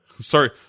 Sorry